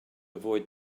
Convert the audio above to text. avoid